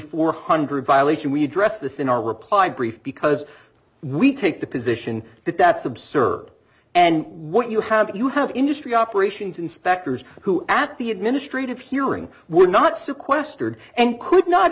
four hundred violation we address this in our reply brief because we take the position that that's absurd and what you have if you have industry operations inspectors who at the administrative hearing were not sequestered and could not